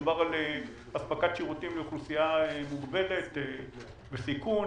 מדובר על אספקת שירותים לאוכלוסייה מוגבלת בסיכון,